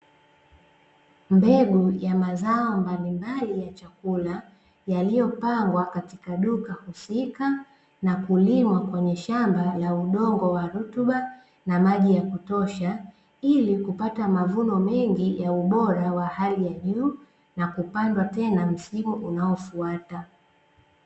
Mbegu ya mazao mbalimbali ya chakula, yaliyopangwa katika duka husika, na kulimwa kwenye shamba la udongo wa rutuba, na maji ya kutosha, ili kupata mavuno mengi ya ubora wa hali ya juu na kupandwa tena msimu unaofuata.